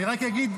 אני רק אגיד,